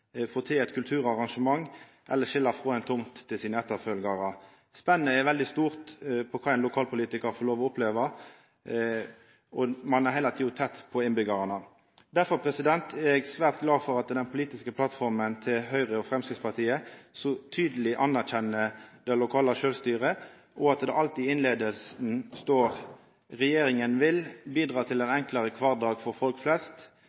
få til eit kulturarrangement eller skilja frå ei tomt til etterkomarane sine. Spennet er veldig stort med omsyn til kva ein lokalpolitikar får oppleva, og ein er heile tida tett på innbyggjarane. Derfor er eg svært glad for at den politiske plattforma til Høgre og Framstegspartiet så tydeleg anerkjenner det lokale sjølvstyret, og at det alt i innleiinga står: «Regjeringen vil bidra til en enklere hverdag for folk flest.